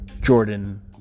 Jordan